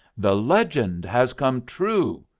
the legend has come true!